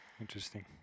interesting